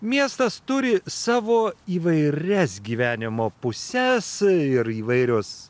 miestas turi savo įvairias gyvenimo puses ir įvairios